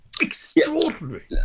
extraordinary